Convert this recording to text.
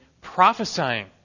prophesying